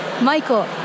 Michael